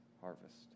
harvest